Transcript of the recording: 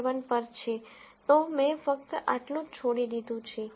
7 પર છે તો મેં ફક્ત આટલું જ છોડી દીધું છે